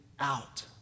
Out